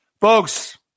folks